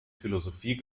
philosophie